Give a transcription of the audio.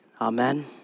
Amen